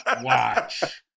watch